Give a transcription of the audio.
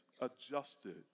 adjusted